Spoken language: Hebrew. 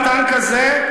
מה קרה?